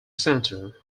center